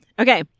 Okay